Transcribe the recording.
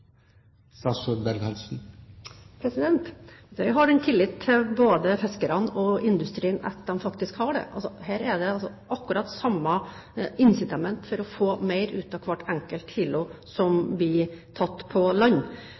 Jeg har tillit til at både fiskerne og industrien faktisk kan det. Her er det akkurat samme incitamentet for å få mer ut av hver enkelt kilo som blir tatt opp på land.